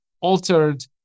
altered